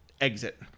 exit